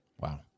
Wow